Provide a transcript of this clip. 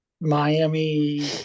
Miami